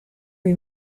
lui